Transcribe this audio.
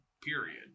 period